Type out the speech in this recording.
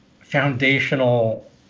foundational